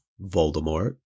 Voldemort